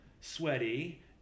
sweaty